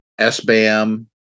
SBAM